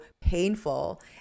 painful